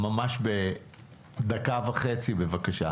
ממש בקצרה.